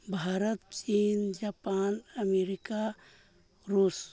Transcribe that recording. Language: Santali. ᱵᱷᱟᱨᱚᱛ ᱪᱤᱱ ᱡᱟᱯᱟᱱ ᱟᱢᱮᱨᱤᱠᱟ ᱨᱩᱥ